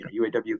UAW